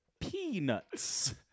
Peanuts